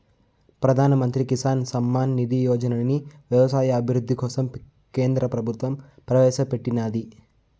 ప్రధాన్ మంత్రి కిసాన్ సమ్మాన్ నిధి యోజనని వ్యవసాయ అభివృద్ధి కోసం కేంద్ర ప్రభుత్వం ప్రవేశాపెట్టినాది